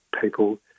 people